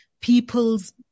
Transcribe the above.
people's